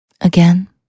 Again